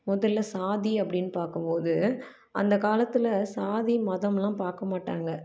முதல்ல சாதி அப்படின்னு பார்க்கும் போது அந்த காலத்தில் சாதி மதம்லாம் பார்க்க மாட்டாங்க